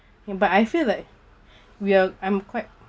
and but I feel like we are I'm quite